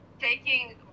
taking